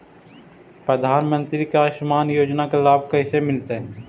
प्रधानमंत्री के आयुषमान योजना के लाभ कैसे मिलतै?